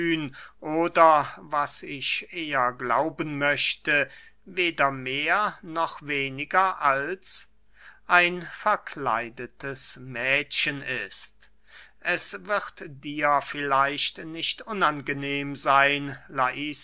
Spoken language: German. oder was ich eher glauben möchte weder mehr noch weniger als ein verkleidetes mädchen ist es wird dir vielleicht nicht unangenehm seyn laiska